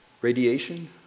radiation